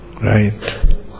Right